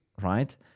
right